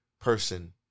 person